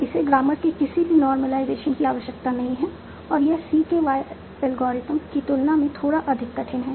इसे ग्रामर के किसी भी नॉर्मलाइजेशन की आवश्यकता नहीं है और यह CKY एल्गोरिदम की तुलना में थोड़ा अधिक कठिन है